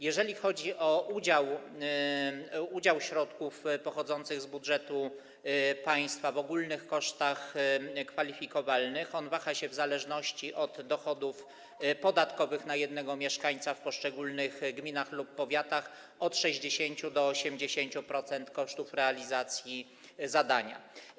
Jeżeli chodzi o udział środków pochodzących z budżetu państwa w ogólnych kosztach kwalifikowalnych, on waha się w zależności od dochodów podatkowych na jednego mieszkańca w poszczególnych gminach lub powiatach i wynosi od 60 do 80% kosztów realizacji zadania.